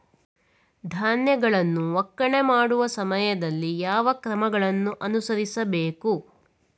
ಧಾನ್ಯಗಳನ್ನು ಒಕ್ಕಣೆ ಮಾಡುವ ಸಮಯದಲ್ಲಿ ಯಾವ ಕ್ರಮಗಳನ್ನು ಅನುಸರಿಸಬೇಕು?